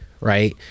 right